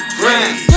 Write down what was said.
grand